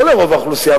לא לרוב האוכלוסייה,